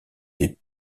des